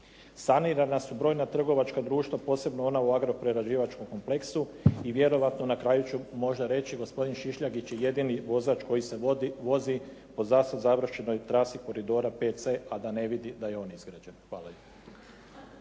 Sanirana su brojna trgovačka društva, posebno ona u agroprerađivačkom kompleksu. I vjerojatno, na kraju ću možda reći, gospodin Šišljagić je jedini vozač koji se vozi po za sada završenoj trasi koridora 5C a da ne vidi da je on izgrađen. Hvala